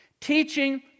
Teaching